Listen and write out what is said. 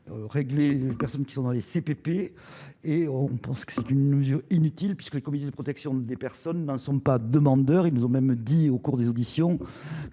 régler les personnes qui sont dans les CP et on pense que c'est une nous inutile puisque le comité de protection des personnes ne sont pas demandeurs, ils nous ont même dit au cours des auditions